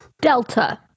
Delta